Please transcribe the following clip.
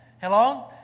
Hello